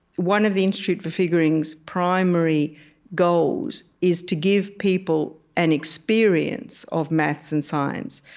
one of the institute for figuring's primary goals is to give people an experience of maths and science.